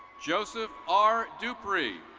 joseph r. dupree,